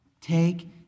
Take